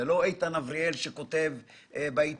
זה כבר לא איתן אבריאל שכותב בעיתון,